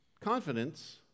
Confidence